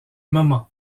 moment